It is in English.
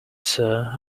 sir